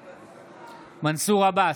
בעד מנסור עבאס,